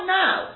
now